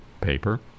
paper